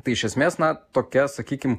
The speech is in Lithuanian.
tai iš esmės na tokia sakykim